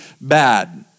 bad